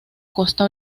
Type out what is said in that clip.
costa